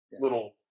little